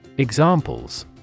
Examples